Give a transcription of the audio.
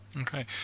Okay